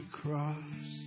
cross